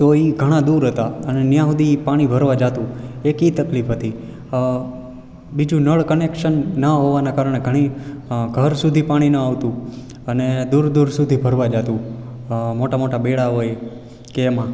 તો ઈ ઘણાં દૂર હતાં અને ત્યાં સુધી પાણી ભરવા જાતું એટલી તકલીફ હતી બીજું નળ કનેકસન ન હોવાના કારણે ઘણી ઘર સુધી પાણી ન આવતું અને દૂર દૂર સુધી ભરવા જાતું મોટા મોટા બેડા હોય કે એમાં